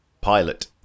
Pilot